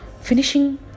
finishing